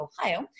Ohio